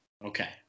Okay